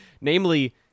Namely